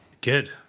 Good